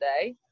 today